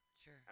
Sure